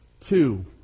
Two